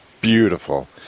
beautiful